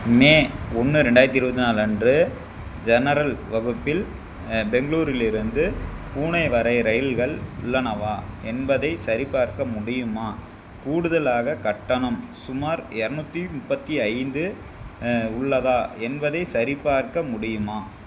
மே ஒன்று ரெண்டாயிரத்தி இருபத்தி நாலு அன்று ஜெனரல் வகுப்பில் பெங்களூரிலிருந்து புனே வரை ரயில்கள் உள்ளனவா என்பதைச் சரிபார்க்க முடியுமா கூடுதலாக கட்டணம் சுமார் இரநூத்தி முப்பத்தி ஐந்து உள்ளதா என்பதைச் சரிபார்க்க முடியுமா